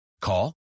call